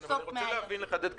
אני רוצה להבין ולחדד.